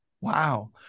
wow